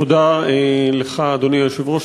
תודה לך, אדוני היושב-ראש.